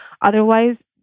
Otherwise